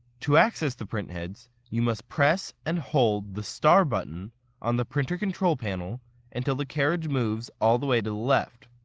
to access the print heads you must press and hold the star button on the printer control panel until the carriage moves all the way to the left.